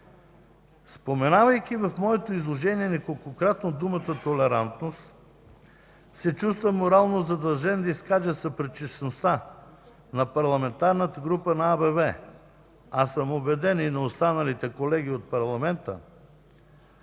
споменавайки неколкократно думата „толерантност”, се чувствам морално задължен да изкажа съпричастността на Парламентарната група на АБВ, а съм убеден, и на останалите колеги от парламента,